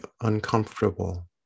uncomfortable